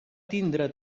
tindre